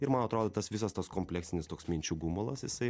ir man atrodo tas visas tas kompleksinis toks minčių gumulas jisai